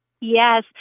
Yes